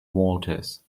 walters